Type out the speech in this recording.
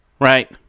right